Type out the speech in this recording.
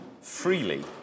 freely